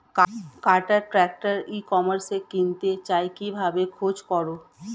কাটার tractor e কমার্সে কিনতে চাই কিভাবে খোঁজ করো?